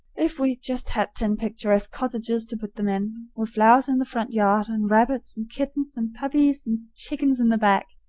if we just had ten picturesque cottages to put them in, with flowers in the front yard and rabbits and kittens and puppies and chickens in the back,